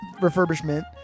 refurbishment